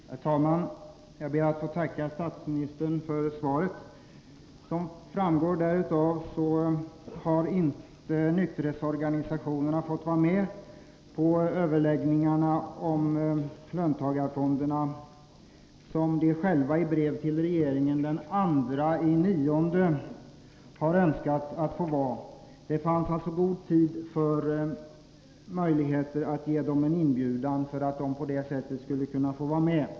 Herr talman! Jag ber att få tacka statsministern för svaret. Som framgår därav har nykterhetsorganisationerna inte fått vara med på överläggningarna om löntagarfonderna trots att de anmält att de önskade delta. Detta skedde i brev till regeringen den 2 september, alltså i god tid för att möjliggöra en inbjudan till dem att vara med.